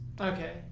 Okay